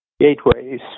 gateways